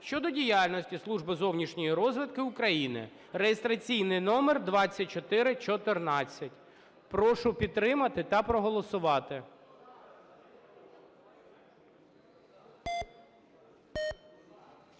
щодо діяльності Служби зовнішньої розвідки України (реєстраційний номер 2414). Прошу підтримати та проголосувати.